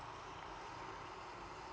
oh